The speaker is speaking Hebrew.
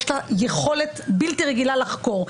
יש לה יכולת בלתי רגילה לחקור.